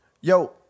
yo